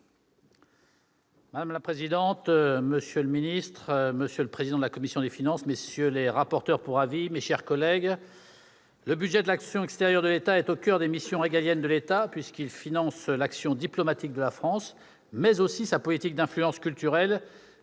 Madame la présidente, monsieur le ministre, monsieur le président de la commission des finances, messieurs les rapporteurs pour avis, mes chers collègues, le budget de la mission « Action extérieure de l'État » est au coeur des missions régaliennes de l'État puisqu'il finance l'action diplomatique de la France, mais aussi sa politique d'influence culturelle